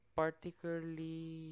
particularly